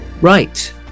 Right